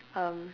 um